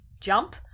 jump